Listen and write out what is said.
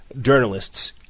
journalists